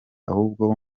ahubwo